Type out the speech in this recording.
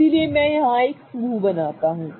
इसलिए मैं यहां एक समूह बनाता हूं